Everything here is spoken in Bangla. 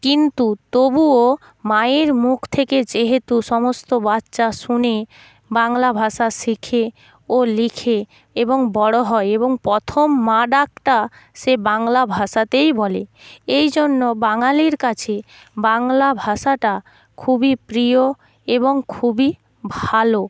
কিন্তু তবুও মায়ের মুখ থেকে যেহেতু সমস্ত বাচ্চা শুনে বাংলা ভাষা শেখে ও লিখে এবং বড়ো হয় এবং প্রথম মা ডাকটা সে বাংলা ভাষাতেই বলে এই জন্য বাঙালির কাছে বাংলা ভাষাটা খুবই প্রিয় এবং খুবই ভালো